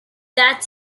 that